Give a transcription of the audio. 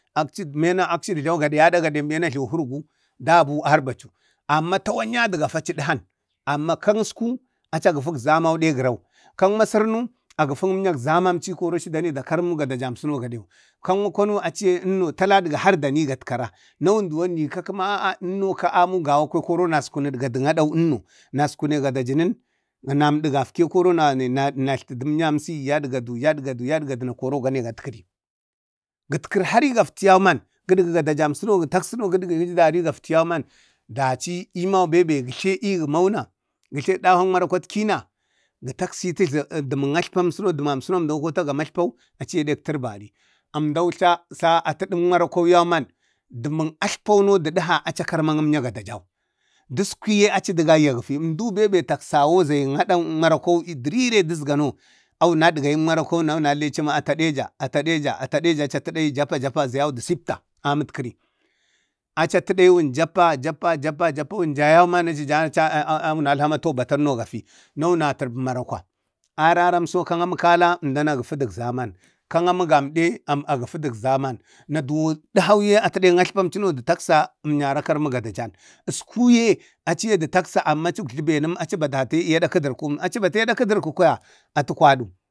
akci mena akci gaɗe ana aɗagade bena akchi jlami hargu, amma tanan m dabu arvaacu ɗaha. Amman ka usku aca gafan zamau ɗe gərau, kaŋ masərami a gəfən əmyən zamau da nane da karmu gada jau. Kaŋ makwanu ye əmno har dani gatka rau. Na awunno duwan nikak kamaa a'a amu gawato awun koro yunas askunaŋ adgadan adən ənno, naskunu gadajənən na namdi nam natlti dəmmanyansi. Yaɗgadu yaɗgadu, yaɗgau koro gane gatlti gatri hari egafki yauman, gədgu gadajamsino, gə taksəno gaɗgəchi har i gaftu yauman dachi imau bebe ga tle mauna, getle dahak marakwatkina ga taksetu dəman atlpan, əmdan kotə ga ci ma atlpan, achiye nek tərbar zmda tla, tla atədək markwauna yauman dəmuk jlapo no aci adha aci a karmaram əmdu zayi marakwau agari dərire asgano aci nagayi mara kwauna awun alhechi a taɗeja ataɗeja zayau japa, japa, də sipta amətkəri, achi ətə ɗayi wun japa, japa, japa awun da yauma ayun dahe ci ma batana dachi dalhichi ma bato. Na auna tərbi marakwa, araramso kaŋ amakala əmdan na gafuduk zaman, kaŋ amu gamɗe a gəfədək zaman. Na dahau ye atudeng atlapau cuno də taksa əmnyara karmu gadajan. Usku ye achiye də taksa ma achi tatatam acikjlu bemendate ye eda kədərkəm pəm. Achi bate aɗa kədərkan kwaya atu kwadu